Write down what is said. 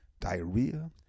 diarrhea